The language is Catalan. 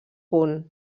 punt